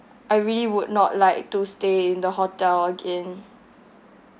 I really would not like to stay in the hotel again